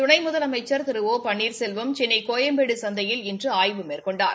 துணை முதலமைச்சர் திரு ஒ பன்னீர்செல்வம் சென்னை கோயம்பேடு சந்தையில் இன்று ஆய்வு மேற்கொண்டார்